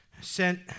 sent